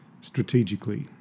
strategically